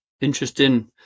Interesting